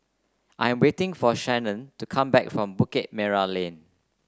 I'm waiting for Shanon to come back from Bukit Merah Lane